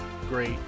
great